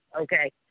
Okay